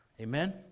Amen